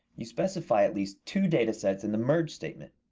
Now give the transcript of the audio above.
you specify at least two data sets in the merge statement.